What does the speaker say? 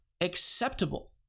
acceptable